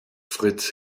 fritz